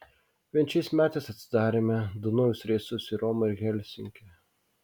vien šiais metais atidarėme du naujus reisus į romą ir į helsinkį